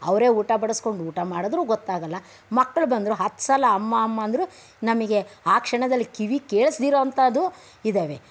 ಅವರೇ ಊಟ ಬಡಿಸಿಕೊಂಡು ಊಟ ಮಾಡಿದ್ರೂ ಗೊತ್ತಾಗಲ್ಲ ಮಕ್ಕಳು ಬಂದರೂ ಹತ್ತು ಸಲ ಅಮ್ಮ ಅಮ್ಮ ಅಂದರೂ ನಮಗೆ ಆ ಕ್ಷಣದಲ್ಲಿ ಕಿವಿ ಕೇಳಿಸದಿರೋವಂಥದ್ದು ಇದ್ದಾವೆ